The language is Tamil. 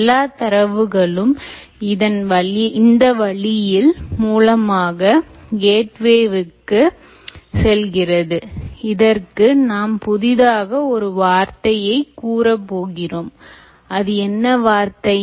எல்லா தரவுகளும் இந்த வழியில் மூலமாக கேட்வேஇக்கு செல்கிறது இதற்கு நாம் புதிதாக ஒரு வார்த்தையை கூறப் போகிறோம் அது என்ன வார்த்தை